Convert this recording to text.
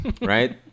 right